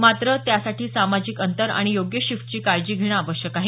मात्र त्यासाठी सामाजिक अंतर आणि योग्य शिफ्टची काळजी घेणं आवश्यक आहे